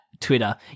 Twitter